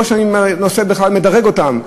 לא שאני בכלל מדרג אותם,